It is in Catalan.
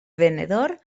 venedor